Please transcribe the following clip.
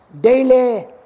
daily